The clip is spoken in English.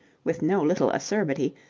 with no little acerbity,